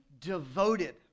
devoted